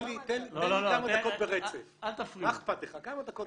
לא --- תן לי כמה דקות